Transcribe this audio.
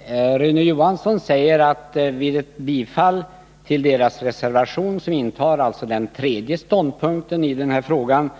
Herr talman! Rune Johansson säger att vid ett bifall till reservation 4, som alltså intar den tredje ståndpunkten i den här frågan,